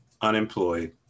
unemployed